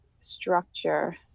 structure